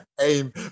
aim